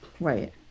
Right